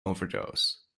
overdose